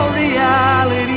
reality